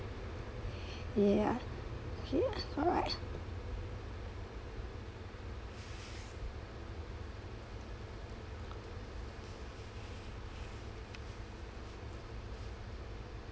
ya ya correct